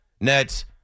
Nets